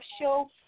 Show